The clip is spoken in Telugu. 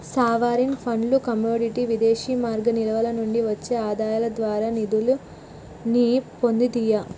సావరీన్ ఫండ్లు కమోడిటీ విదేశీమారక నిల్వల నుండి వచ్చే ఆదాయాల ద్వారా నిధుల్ని పొందుతియ్యి